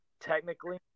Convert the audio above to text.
technically